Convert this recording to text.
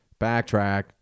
Backtrack